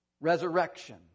Resurrection